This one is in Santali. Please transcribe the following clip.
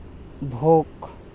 ᱵᱷᱳᱜᱽ